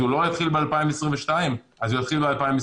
אז הוא לא יתחיל ב-2022 אז הוא יתחיל ב-2023,